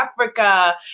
Africa